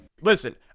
Listen